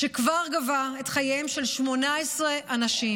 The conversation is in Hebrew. שכבר גבה את חייהם של 18 אנשים.